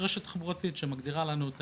רשת תחבורתית, שמגדירה לנו את